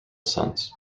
sons